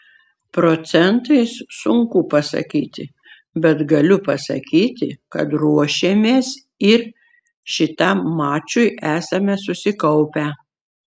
procentais sunku pasakyti bet galiu pasakyti kad ruošėmės ir šitam mačui esame susikaupę